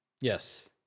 Yes